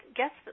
guess